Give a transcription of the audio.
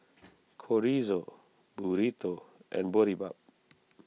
Chorizo Burrito and Boribap